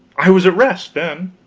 i was at rest, then.